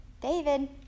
David